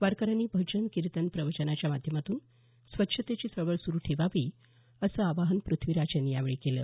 वारकऱ्यांनी भजन किर्तन प्रवचनाच्या माध्यमातून स्वच्छतेची चळवळ सुरु ठेवावी असं आवाहन पृथ्वीराज यांनी यावेळी केलं